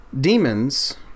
demons